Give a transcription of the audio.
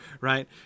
right